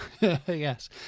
Yes